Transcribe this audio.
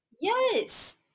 Yes